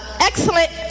excellent